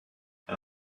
and